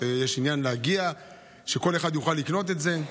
יש עניין שכל אחד יוכל לקנות את זה.